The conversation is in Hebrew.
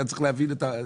צריך להבין את הקונספט.